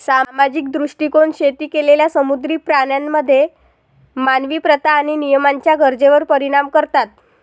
सामाजिक दृष्टीकोन शेती केलेल्या समुद्री प्राण्यांमध्ये मानवी प्रथा आणि नियमांच्या गरजेवर परिणाम करतात